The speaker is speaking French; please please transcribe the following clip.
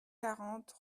quarante